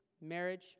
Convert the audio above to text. marriage